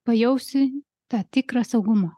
pajausi tą tikrą saugumą